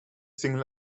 single